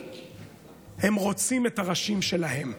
הם רוצים את הראשים שלהם,